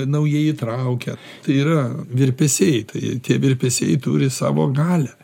naujai įtraukia tai yra virpesiai tai tie virpesiai turi savo galią